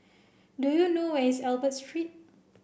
do you know where is Albert Street